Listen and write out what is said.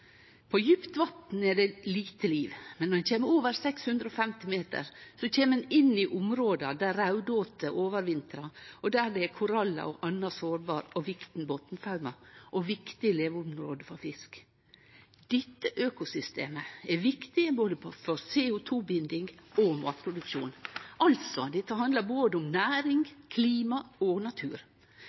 På djupt vatn er det lite liv, men når ein kjem over 650 meter, kjem ein inn i områda der raudåte overvintrar, og der det er korallar, annan sårbar og viktig botnfauna og viktige leveområde for fisk. Dette økosystemet er viktig både for CO 2 -binding og for matproduksjon. Altså: Dette handlar både om næring, klima og natur.